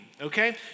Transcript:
okay